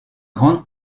grande